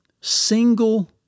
single